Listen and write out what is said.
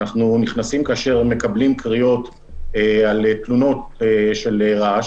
אנחנו נכנסים כאשר מקבלים קריאות על תלונות של רעש